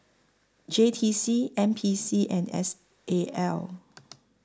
J T C N P C and S A L